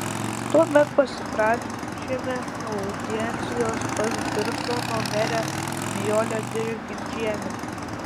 tuomet pasiprašėme audiencijos pas birštono merę nijolę dirginčienę